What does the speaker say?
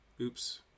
Oops